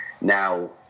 now